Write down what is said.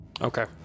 Okay